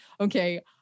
Okay